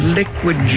liquid